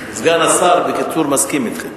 סגן השר, בקיצור, מסכים אתכם.